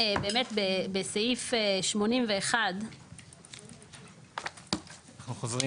בסעיף 81. אנחנו חוזרים